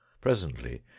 Presently